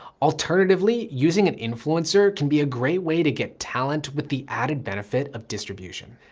alternatively, using an influencer can be a great way to get talent with the added benefit of distribution.